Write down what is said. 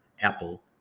Apple